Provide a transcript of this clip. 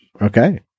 Okay